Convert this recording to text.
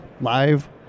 live